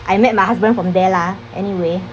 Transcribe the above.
I met my husband from there lah anyway